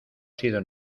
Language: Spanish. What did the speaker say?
sido